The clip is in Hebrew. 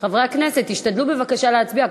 חברי הכנסת, תשתדלו בבקשה להצביע.